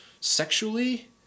sexually